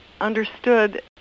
understood